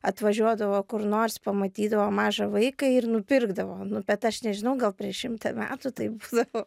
atvažiuodavo kur nors pamatydavo mažą vaiką ir nupirkdavo nu bet aš nežinau gal prieš šimtą metų tai būdavo